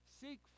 Seek